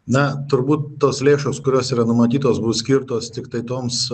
na turbūt tos lėšos kurios yra numatytos bus skirtos tiktai toms